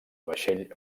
vaixell